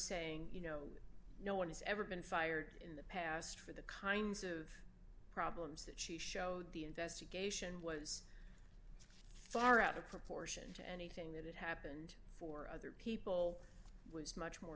saying you know no one has ever been fired in the past for the kinds of problems that she showed the investigation was far out of proportion to anything that happened or other people was much more